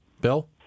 Bill